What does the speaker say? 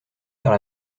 faire